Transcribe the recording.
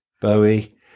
Bowie